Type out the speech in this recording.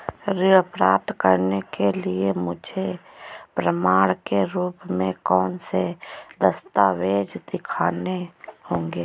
ऋण प्राप्त करने के लिए मुझे प्रमाण के रूप में कौन से दस्तावेज़ दिखाने होंगे?